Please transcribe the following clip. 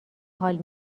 حال